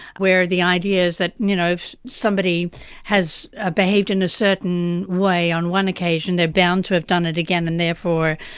where the idea is that you know if somebody has ah behaved in a certain way on one occasion, they are bound to have done it again, and therefore,